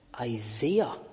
Isaiah